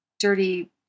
dirty